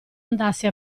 andasse